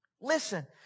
Listen